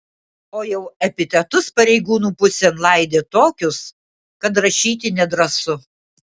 o jau epitetus pareigūnų pusėn laidė tokius kad rašyti nedrąsu